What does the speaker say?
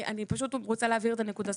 אני פשוט רוצה להבהיר את הנקודה סופית.